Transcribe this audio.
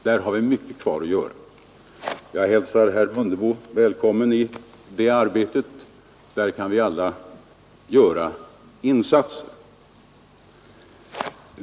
Där har vi mycket kvar att göra, och jag hälsar herr Mundebo välkommen i det arbetet. Där kan alla göra insatser.